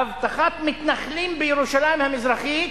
אבטחת מתנחלים בירושלים המזרחית,